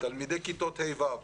תלמידי כיתות ה' ו-ו',